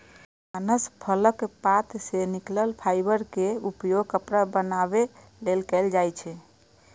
अनानास फलक पात सं निकलल फाइबर के उपयोग कपड़ा बनाबै लेल कैल जाइ छै